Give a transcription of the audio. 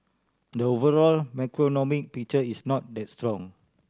the overall macroeconomic picture is not that strong